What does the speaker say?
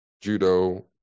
judo